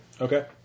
Okay